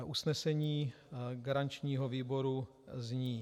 Usnesení garančního výboru zní: